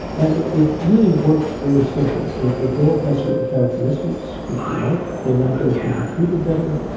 and it it really works very simply. if a dog has certain characteristics which we like, then that dog is going to be treated better,